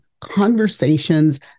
conversations